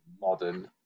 modern